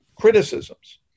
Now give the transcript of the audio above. criticisms